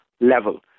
level